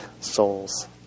souls